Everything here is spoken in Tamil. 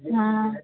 ஆ